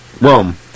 Rome